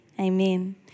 amen